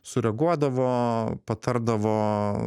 sureaguodavo patardavo